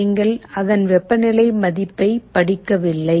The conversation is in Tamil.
ஆனால் நீங்கள் அதன் வெப்பநிலை மதிப்பைப் படிக்கவில்லை